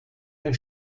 der